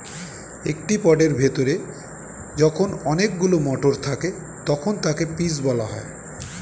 একটি পডের ভেতরে যখন অনেকগুলো মটর থাকে তখন তাকে পিজ বলা হয়